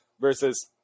Versus